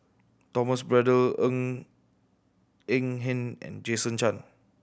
Thomas Braddell Ng Eng Hen and Jason Chan